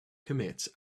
commits